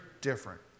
different